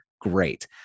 great